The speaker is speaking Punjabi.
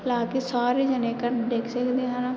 ਲਾ ਕੇ ਸਾਰੇ ਜਣੇ ਘਰ ਦੇਖ ਸਕਦੇ ਹਨ